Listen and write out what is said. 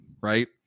right